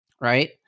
Right